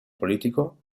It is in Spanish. político